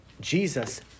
Jesus